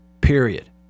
period